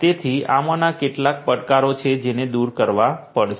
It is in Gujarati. તેથી આમાંના કેટલાક પડકારો છે જેને દૂર કરવા પડશે